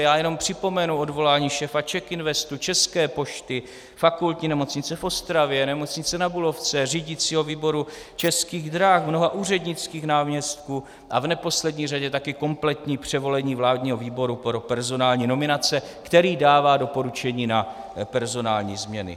Já jenom připomenu odvolání šéfa CzechInvestu, České pošty, Fakultní nemocnice v Ostravě, Nemocnice Na Bulovce, řídicího výboru Českých drah, mnoha úřednických náměstků a v neposlední řadě taky kompletní převolení Vládního výboru pro personální nominace, který dává doporučení na personální změny.